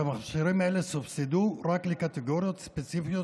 המכשירים האלה סובסדו רק לקטגוריות ספציפיות